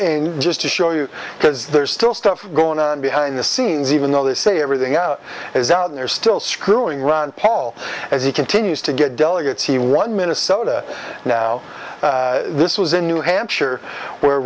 in just to show you because there's still stuff going on behind the scenes even though they say everything out is out there still screwing ron paul as he continues to get delegates he won minnesota now this was in new hampshire where